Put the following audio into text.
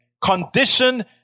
Condition